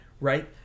right